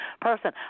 person